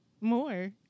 more